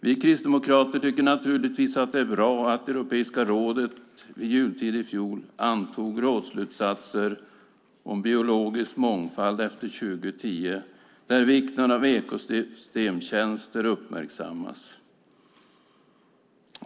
Vi kristdemokrater tycker naturligtvis att det är bra att Europeiska rådet vid jultid i fjol antog rådsslutsatser om biologisk mångfald efter 2010, där vikten av ekosystemtjänster uppmärksammas.